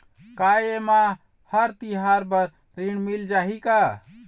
का ये मा हर तिहार बर ऋण मिल जाही का?